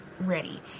ready